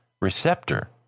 receptor